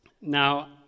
now